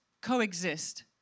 coexist